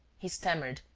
he stammered,